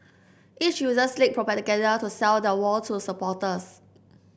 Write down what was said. each uses slick propaganda to sell their war to supporters